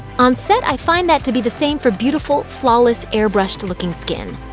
on set i find that to be the same for beautiful, flawless, airbrushed looking skin.